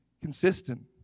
consistent